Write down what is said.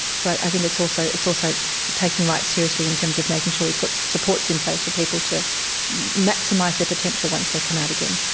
so i think it's also it's also taking rights seriously in terms of making sure we put supports in place for people to maximise their potential once they come out again.